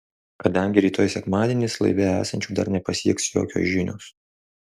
kadangi rytoj sekmadienis laive esančių dar nepasieks jokios žinios